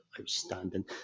outstanding